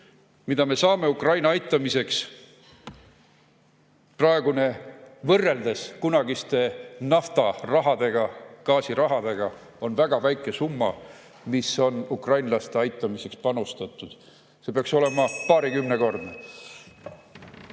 mida me saame, Ukraina aitamiseks. Praegune, võrreldes kunagiste naftarahadega, gaasirahadega, on väga väike summa, mis on ukrainlaste aitamiseks panustatud. See peaks olema paarikümnekordne.